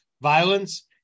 Violence